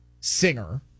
singer